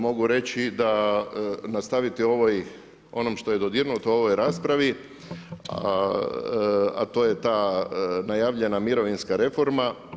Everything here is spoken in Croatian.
Mogu reći da nastaviti ovaj, onom što je dodirnuto u ovoj raspravi, a to je ta najavljena mirovinska reforma.